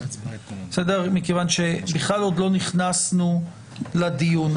מכיוון שבכלל עוד לא נכנסנו לדיון.